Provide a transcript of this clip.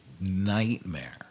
nightmare